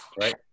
right